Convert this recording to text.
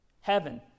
Heaven